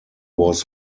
was